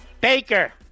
Baker